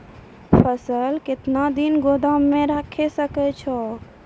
फसल केतना दिन गोदाम मे राखै सकै छौ?